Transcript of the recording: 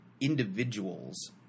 individuals